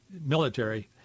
military